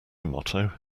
motto